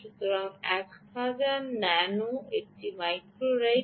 সুতরাং 1000 ন্যানো একটি micro right